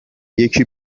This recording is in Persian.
یکی